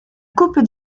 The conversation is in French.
coupe